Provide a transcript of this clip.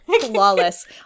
flawless